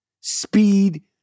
speed